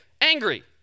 angry